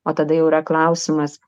o tada jau yra klausimas